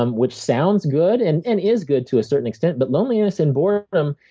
um which sounds good and and is good to a certain extent. but loneliness and boredom